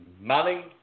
money